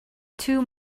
two